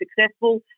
successful